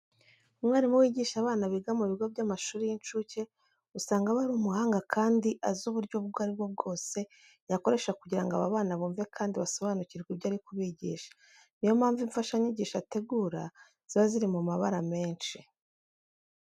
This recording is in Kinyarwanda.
Umwarimu wigisha abana biga mu bigo by'amashuri y'incuke usanga aba ari umuhanga kandi azi uburyo ubwo ari bwo bwose yakoresha kugira ngo aba bana bumve kandi basobanukirwe ibyo ari kubigisha. Ni yo mpamvu imfashanyigisho ategura ziba ziri mu mabara menshi.